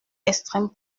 extrême